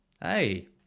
Hey